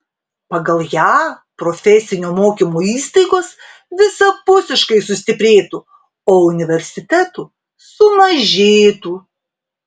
pagal ją profesinio mokymo įstaigos visapusiškai sustiprėtų o universitetų sumažėtų